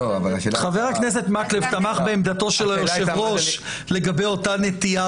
חבר הכנסת מקלב תמך בעמדתו של היושב-ראש לגבי אותה נטיעה